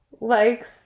likes